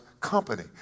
company